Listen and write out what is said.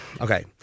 okay